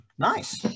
Nice